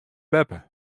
beppe